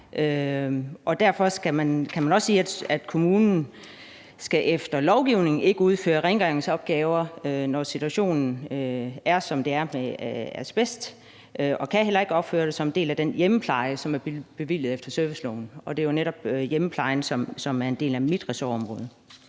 sige, at kommunen efter lovgivningen ikke skal udføre rengøringsopgaver, når situationen er, som den er med asbest, og kan heller ikke udføre det som en del af den hjemmepleje, som er bevilget efter serviceloven, og det er jo netop hjemmeplejen, som er en del af mit ressortområde.